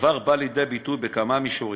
הדבר בא לידי ביטוי בכמה מישורים: